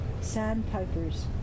sandpipers